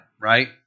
right